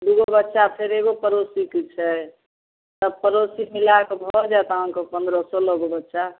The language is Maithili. दुइगो बच्चा फेर एगो पड़ोसीके छै सब पड़ोसी मिलाकऽ भऽ जाएत अहाँके पनरह सोलहगो बच्चा